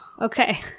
Okay